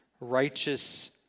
righteous